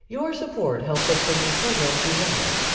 your support helps us bring you programs you love.